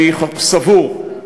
אני סבור,